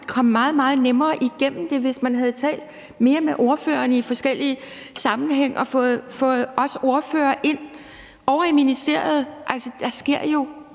meget nemmere igennem det, hvis man havde talt mere med ordførerne i forskellige sammenhænge og fået os ind. Ovre i ministeriet sker der jo